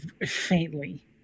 faintly